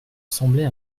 semblait